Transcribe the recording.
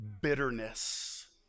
bitterness